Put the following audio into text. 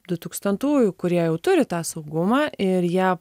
du tūkstantųjų kurie jau turi tą saugumą ir jie